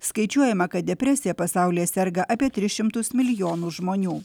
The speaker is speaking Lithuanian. skaičiuojama kad depresija pasaulyje serga apie tris šimtus milijonų žmonių